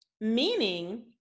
meaning